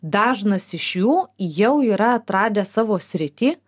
dažnas iš jų jau yra atradę savo sritį